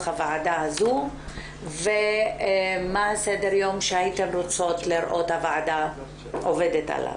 הוועדה הזזו ומה סדר היום שהייתן רוצות לראות שהוועדה עובדת עליו.